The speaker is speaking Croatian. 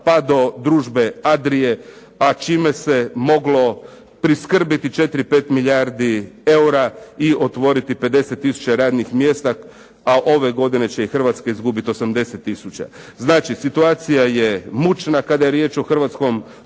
pa do "Družbe Adrie", a čime se moglo priskrbiti 4, 5 milijardi eura i otvoriti 50000 radnih mjesta, a ove godine će Hrvatska izgubiti 80000. Znači, situacija je mučna kada je riječ o hrvatskom tom